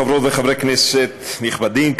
חברות וחברי כנסת נכבדים,